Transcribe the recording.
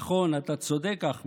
נכון, אתה צודק, אחמד.